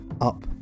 up